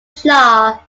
jaw